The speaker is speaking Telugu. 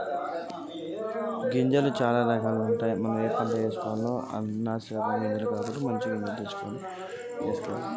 గింజలు ఎన్ని రకాలు ఉంటాయి?